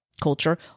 culture